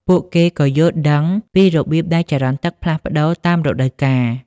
ពួកគេក៏យល់ដឹងពីរបៀបដែលចរន្តទឹកផ្លាស់ប្តូរតាមរដូវកាល។